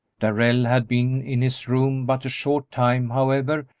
darrell had been in his room but a short time, however,